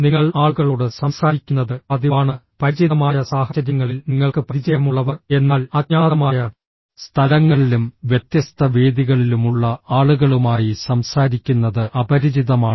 നിങ്ങൾ ആളുകളോട് സംസാരിക്കുന്നത് പതിവാണ് പരിചിതമായ സാഹചര്യങ്ങളിൽ നിങ്ങൾക്ക് പരിചയമുള്ളവർ എന്നാൽ അജ്ഞാതമായ സ്ഥലങ്ങളിലും വ്യത്യസ്ത വേദികളിലുമുള്ള ആളുകളുമായി സംസാരിക്കുന്നത് അപരിചിതമാണ്